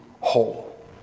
whole